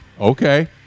okay